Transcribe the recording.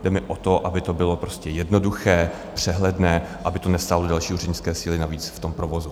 Jde mi o to, aby to bylo prostě jednoduché, přehledné, aby to nestálo další úřednické síly navíc v tom provozu.